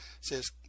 says